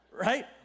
Right